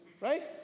Right